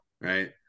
right